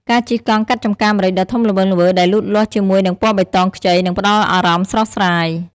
ការជិះកង់កាត់ចំការម្រេចដ៏ធំល្វឹងល្វើយដែលលូតលាស់ជាមួយនឹងពណ៌បៃតងខ្ចី នឹងផ្តល់អារម្មណ៍ស្រស់ស្រាយ។